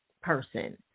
person